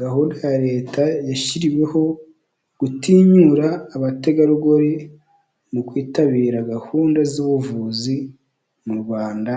Gahunda ya leta, yashyiriweho gutinyura abategarugori, mu kwitabira gahunda z'ubuvuzi mu Rwanda,